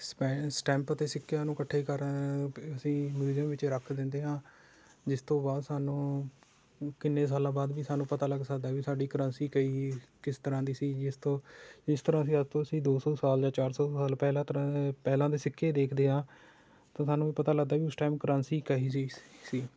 ਸਪੈਂ stamp ਅਤੇ ਸਿੱਕਿਆਂ ਨੂੰ ਇਕੱਠੇ ਕਰ ਕੇ ਅਸੀਂ ਮਿਊਜਿਅਮ ਵਿੱਚ ਰੱਖ ਦਿੰਦੇ ਹਾਂ ਜਿਸ ਤੋਂ ਬਾਅਦ ਸਾਨੂੰ ਕਿੰਨੇ ਸਾਲਾਂ ਬਾਅਦ ਵੀ ਸਾਨੂੰ ਪਤਾ ਲੱਗ ਸਕਦਾ ਵੀ ਸਾਡੀ ਕਰੰਸੀ ਕਹੀ ਕਿਸ ਤਰ੍ਹਾਂ ਦੀ ਸੀ ਜਿਸ ਤੋਂ ਇਸ ਤਰ੍ਹਾਂ ਹੀ ਅੱਜ ਤੋਂ ਅਸੀਂ ਦੋ ਸੌ ਸਾਲ ਚਾਰ ਸੌ ਸਾਲ ਪਹਿਲਾਂ ਪੁਰ ਪਹਿਲਾਂ ਦੇ ਸਿੱਕੇ ਦੇਖਦੇ ਹਾਂ ਤਾਂ ਸਾਨੂੰ ਵੀ ਪਤਾ ਲੱਗਦਾ ਵੀ ਉਸ ਟਾਇਮ ਕਰੰਸੀ ਕਿਹੋ ਜਿਹੀ ਸੀ